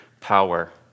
power